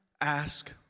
ask